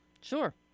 Sure